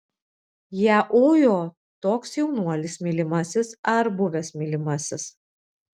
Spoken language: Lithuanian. ją ujo toks jaunuolis mylimasis ar buvęs mylimasis